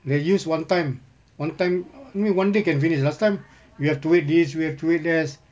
they use one time one time uh I mean one day can finish last time we have to wait this we have to wait that